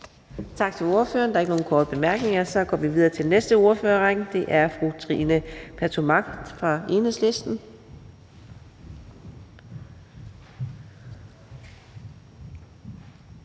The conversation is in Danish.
Tak til ordføreren. Der er ikke nogen korte bemærkninger, så vi går videre til den næste i ordførerrækken, og det er fru Trine Pertou Mach fra Enhedslisten.